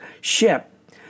ship